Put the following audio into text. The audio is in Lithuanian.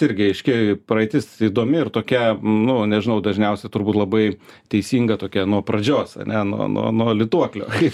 irgi aiški praeitis įdomi ir tokia nu nežinau dažniausia turbūt labai teisinga tokia nuo pradžios ane nuo nuo nuo lituoklio kaip